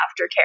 aftercare